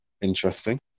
Interesting